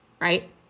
right